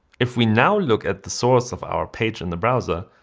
if we now look at the source of our page in the browser,